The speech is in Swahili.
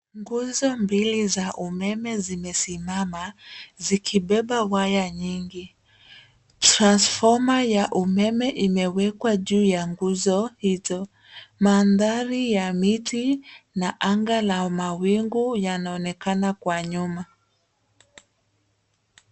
Nguzo mbili za umeme zimesimama zikibeba waya nyingi. Transfoma ya umeme imewekwa juu ya nguzo hizo. Mandhari ya miti na anga la mawingu yanaoonekana kwa nyuma.